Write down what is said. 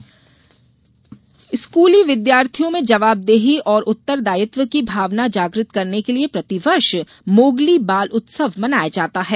Mowgli बाल उत्सव स्कूली विद्यार्थियों में जवाबदेही और उत्तरदायित्व की भावना जागृत करने के लिये प्रतिवर्ष मोगली बाल उत्सव मनाया जाता है